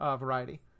variety